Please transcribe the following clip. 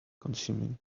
consuming